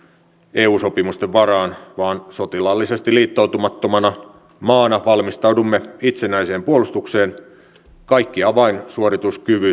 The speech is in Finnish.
eu sopimusten varaan vaan sotilaallisesti liittoutumattomana maana valmistaudumme itsenäiseen puolustukseen kaikkien avainsuorituskykyjen